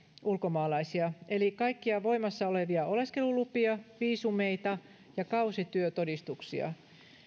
ulkomaalaisia eli kaikkia voimassaolevia oleskelulupia viisumeita ja kausityötodistuksia